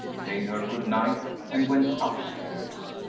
bade her good-night and went upstairs.